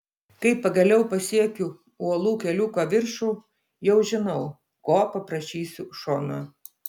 kai pagaliau pasiekiu uolų keliuko viršų jau žinau ko paprašysiu šono